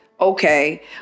okay